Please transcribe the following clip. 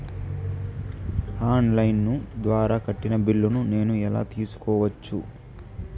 On line ద్వారా కట్టిన బిల్లును నేను ఎలా తెలుసుకోవచ్చు?